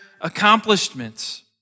accomplishments